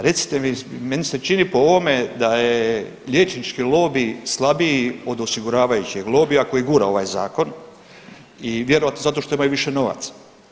Recite, meni se čini po ovome da je liječnički lobi slabiji od osiguravajućeg lobija koji gura ovaj Zakon i vjerojatno zato što imaju više novaca.